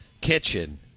kitchen